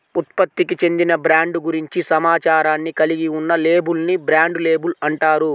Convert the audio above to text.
ఉత్పత్తికి చెందిన బ్రాండ్ గురించి సమాచారాన్ని కలిగి ఉన్న లేబుల్ ని బ్రాండ్ లేబుల్ అంటారు